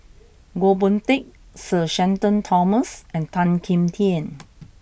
Goh Boon Teck Sir Shenton Thomas and Tan Kim Tian